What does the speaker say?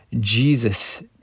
Jesus